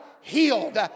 healed